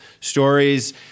stories